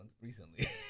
recently